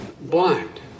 Blind